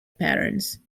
patterns